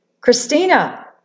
Christina